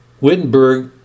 Wittenberg